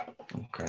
okay